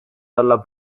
dalla